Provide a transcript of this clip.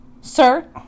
Sir